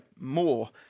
more